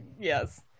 Yes